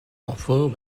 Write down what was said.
offers